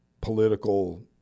political